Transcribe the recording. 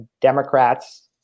Democrats